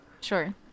Sure